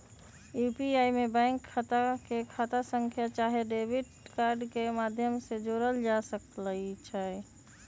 UPI में bank खता के खता संख्या चाहे डेबिट कार्ड के माध्यम से जोड़ल जा सकइ छै